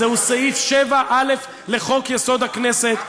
זהו סעיף 7א לחוק-יסוד: הכנסת.